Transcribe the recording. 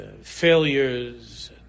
failures